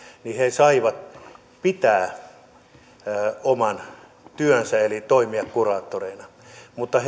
saivat pitää oman työnsä eli toimia kuraattoreina mutta